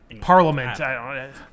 Parliament